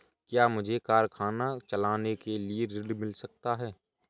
क्या मुझे कारखाना चलाने के लिए ऋण मिल सकता है?